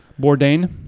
Bourdain